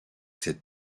cette